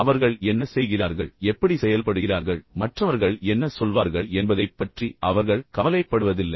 அவர்கள் என்ன செய்கிறார்கள் எப்படி செயல்படுகிறார்கள் என்பதைப் பற்றி மற்றவர்கள் என்ன சொல்வார்கள் என்பதைப் பற்றி அவர்கள் கவலைப்படுவதில்லை